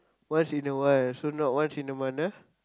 once in a while so not once in a month ah